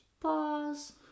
Pause